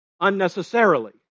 Unnecessarily